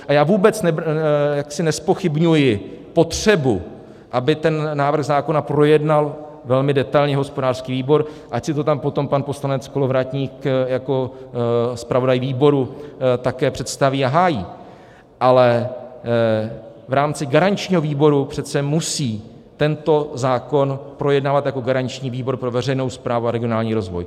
A já jaksi vůbec nezpochybňuji potřebu, aby návrh zákona projednal velmi detailně hospodářský výbor, ať si to tam potom pan poslanec Kolovratník jako zpravodaj výboru také představí a hájí, ale v rámci garančního výboru přece musí tento zákon projednávat jako garanční výbor pro veřejnou správu a regionální rozvoj.